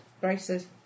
braces